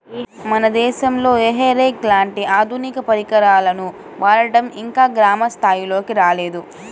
మన దేశంలో ఈ హే రేక్ లాంటి ఆధునిక పరికరాల వాడకం ఇంకా గ్రామ స్థాయిల్లోకి రాలేదు